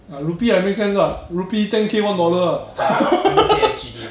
ah rupee ah make sense ah rupee ten K one dollar ah